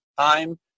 time